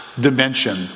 dimension